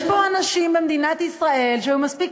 יש פה במדינת ישראל אנשים שהיו מספיק